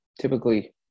typically